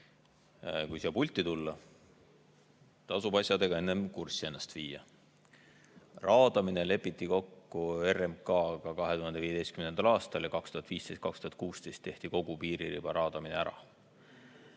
Kui siia pulti tulla, tasub ennast enne asjadega kurssi viia. Raadamine lepiti kokku RMK‑ga 2015. aastal ja 2015–2016 tehti kogu piiririba raadamine ära.